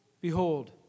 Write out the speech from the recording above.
Behold